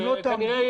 וכנראה,